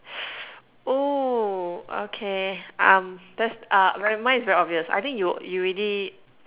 oo okay um that's uh very mine's very obvious I think you you already